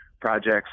projects